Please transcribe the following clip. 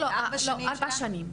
ארבע שנים.